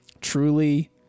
truly